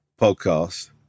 podcast